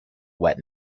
wet